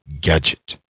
gadget